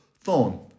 thorn